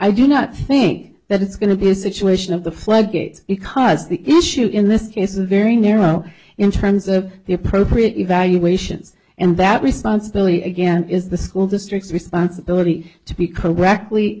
i do not think that it's going to be a situation of the floodgates because the issue in this case is very narrow in terms of the appropriate evaluations and that responsibility again is the school district's responsibility to be correctly